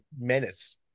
menace